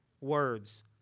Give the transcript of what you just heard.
words